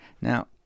Now